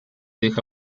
deja